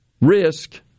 risk